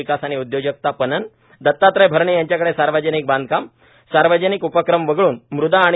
विकास आणि उद्योजकता पणन दतात्रय भरणे यांच्याकडे सार्वजनिक बांधकाम सार्वजनिक उपक्रम वगळून मृदा आणि